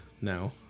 now